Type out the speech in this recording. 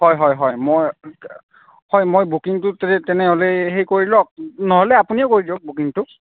হয় হয় হয় মই হয় মই বুকিংটো তেনেহ'লে হেৰি কৰি লওক নহ'লে আপুনিয়েই কৰি দিয়ক বুকিংটো